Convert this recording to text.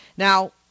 Now